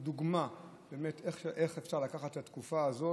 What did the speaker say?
זו דוגמה באמת איך אפשר לקחת את התקופה הזו